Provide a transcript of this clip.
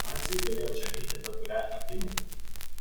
naciai galėjo čia ateiti bet kurią akimirką